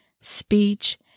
speech